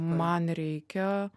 man reikia